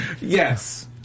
Yes